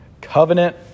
covenant